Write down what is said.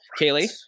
Kaylee